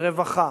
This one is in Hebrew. ברווחה,